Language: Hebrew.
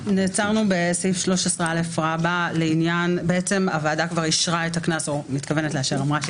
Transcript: נעצרנו בסעיף 13א. הוועדה אמרה שהיא